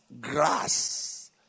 grass